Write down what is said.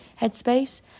headspace